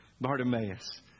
Bartimaeus